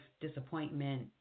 disappointment